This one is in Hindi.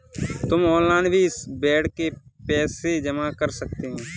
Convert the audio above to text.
तुम ऑनलाइन भी इस बेड के पैसे जमा कर सकते हो